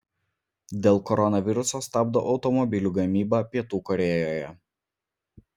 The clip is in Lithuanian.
dėl koronaviruso stabdo automobilių gamybą pietų korėjoje